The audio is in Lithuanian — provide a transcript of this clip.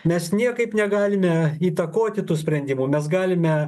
mes niekaip negalime įtakoti tų sprendimų mes galime